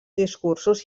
discursos